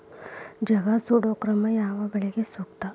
ಜಗಾ ಸುಡು ಕ್ರಮ ಯಾವ ಬೆಳಿಗೆ ಸೂಕ್ತ?